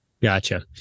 Gotcha